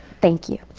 thank you.